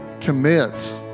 commit